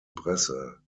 presse